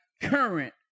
current